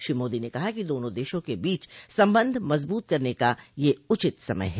श्री मोदी ने कहा कि दोनों देशों के बीच संबंध मजबूत करने का यह उचित समय है